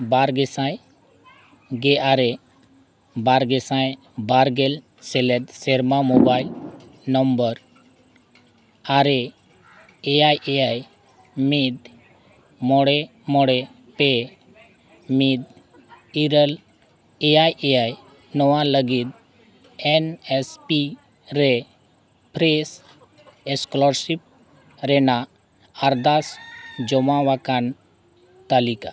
ᱵᱟᱨ ᱜᱮᱥᱟᱭ ᱜᱮ ᱟᱨᱮ ᱵᱟᱨ ᱜᱮᱥᱟᱭ ᱵᱟᱨ ᱜᱮᱞ ᱥᱮᱞᱮᱫ ᱥᱮᱨᱢᱟ ᱢᱳᱵᱟᱭᱤᱞ ᱱᱚᱢᱵᱚᱨ ᱟᱨᱮ ᱮᱭᱟᱭ ᱮᱭᱟᱭ ᱢᱤᱫ ᱢᱚᱬᱮ ᱢᱚᱬᱮ ᱯᱮ ᱢᱤᱫ ᱤᱨᱟᱹᱞ ᱮᱭᱟᱭ ᱮᱭᱟᱭ ᱱᱚᱣᱟ ᱞᱟᱹᱜᱤᱫ ᱮᱱ ᱮᱥ ᱯᱤ ᱨᱮ ᱯᱷᱨᱮᱥ ᱥᱠᱚᱞᱟᱨᱥᱤᱯ ᱨᱮᱱᱟᱜ ᱟᱨᱫᱟᱥ ᱡᱚᱢᱟ ᱟᱠᱟᱱ ᱛᱟᱹᱞᱤᱠᱟ